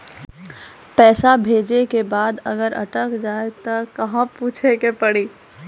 पैसा भेजै के बाद अगर अटक जाए ता कहां पूछे के पड़ी?